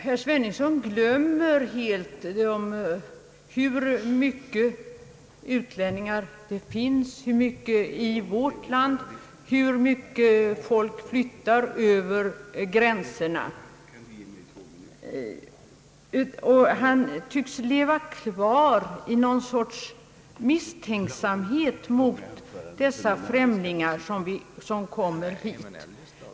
Herr Sveningsson glömmer helt hur många utlänningar det finns i vårt land, hur mycket folk som flyttar över gränserna. Han tycks leva kvar i någon sorts misstänksamhet mot de främlingar som kommer hit.